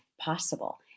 possible